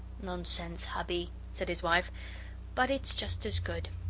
nonsense, hubby! said his wife but it's just as good.